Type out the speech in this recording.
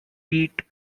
pete